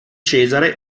cesare